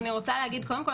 אז קודם כל,